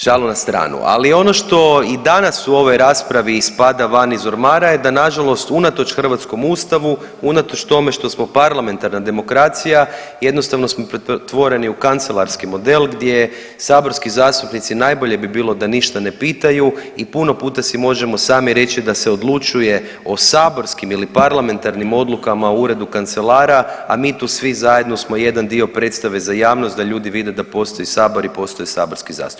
Šalu na stranu, ali ono što i danas u ovoj raspravi ispada van iz ormara je da nažalost unatoč hrvatskom Ustavu, unatoč tome što smo parlamentarna demokracija, jednostavno smo pretvoreni u kancelarski model gdje saborski zastupnici najbolje bi bilo da ništa ne pitaju i puno puta si možemo sami reći da se odlučuje o saborskim ili parlamentarnim odlukama u uredu kancelara, a mi tu svi zajedno smo jedan dio predstave za javnost, da ljudi vide da postoji Sabor i postoje saborski zastupnici.